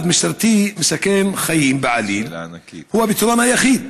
משטרתי מסכן חיים בעליל הוא הפתרון היחיד?